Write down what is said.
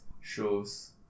Shows